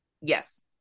Yes